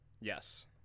Yes